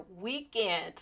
weekend